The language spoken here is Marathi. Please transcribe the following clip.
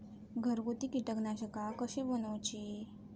घरगुती कीटकनाशका कशी बनवूची?